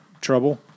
trouble